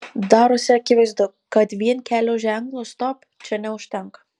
darosi akivaizdu kad vien kelio ženklo stop čia neužtenka